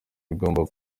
bigomba